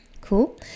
Cool